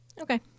Okay